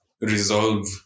resolve